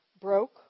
broke